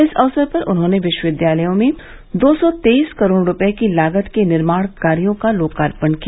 इस अवसर पर उन्होंने विश्वविद्यालय में दो सौ तेईस करोड़ रूपए की लागत के निर्माण कार्यों का लोकार्पण किया